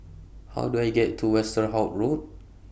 How Do I get to Westerhout Road